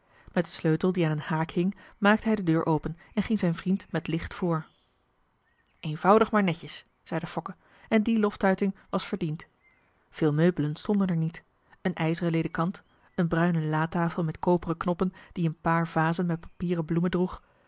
met den sleutel die aan een haak hing maakte hij de deur open en ging zijn vriend met licht voor eenvoudig maar netjes zeide fokke en die loftuiting was verdiend veel meubelen stonden er niet een ijzeren ledekant een bruine latafel met koperen knoppen die een paar vazen met papieren bloemen droeg